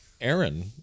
Aaron